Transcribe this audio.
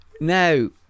now